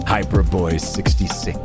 Hyperboy66